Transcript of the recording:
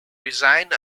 resigned